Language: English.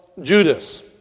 Judas